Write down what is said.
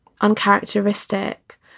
uncharacteristic